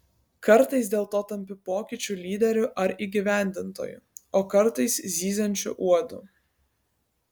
kartais dėl to tampi pokyčių lyderiu ar įgyvendintoju o kartais zyziančiu uodu